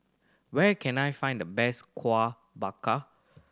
where can I find the best Kueh Dadar